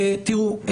תראו,